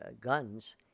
guns